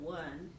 one